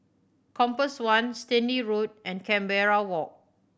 Compass One Stanley Road and Canberra Walk